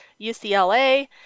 UCLA